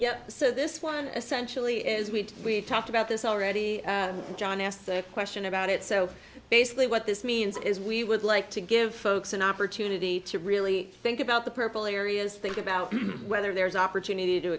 yeah so this one essentially is we've talked about this already john asked the question about it so basically what this means is we would like to give folks an opportunity to really think about the purple areas think about whether there's opportunity to